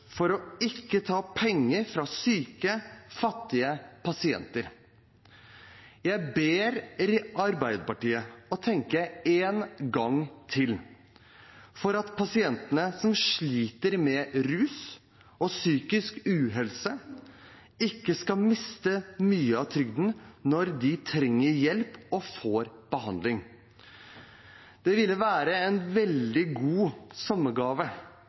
ikke å ta penger fra syke, fattige pasienter. Jeg ber Arbeiderpartiet tenke seg om en gang til for at pasienter som sliter med rus og psykisk uhelse, ikke skal miste mye av trygden når de trenger hjelp og får behandling. Det ville være en veldig god